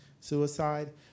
suicide